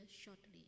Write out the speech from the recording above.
shortly